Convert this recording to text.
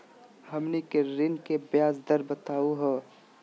हमनी के ऋण के ब्याज दर बताहु हो?